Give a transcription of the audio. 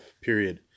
period